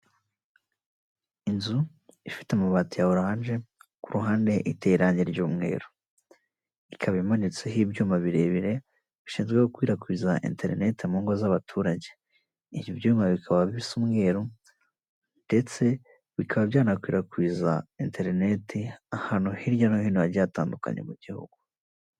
Ikibuga gikinirwamo umukino w'amaboko arimo voreboru, imbere yacyo hakaba hari amazu yubatse mu bwoko bumwe agiye atandukanye, n'ibiti biyakikije n'izindi ndabo ziri ku ruhande rw'ikibuga n'ibyatsi.